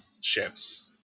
ships